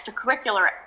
extracurricular